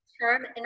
term